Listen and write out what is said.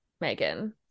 megan